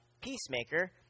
peacemaker